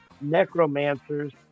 necromancers